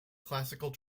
classical